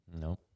no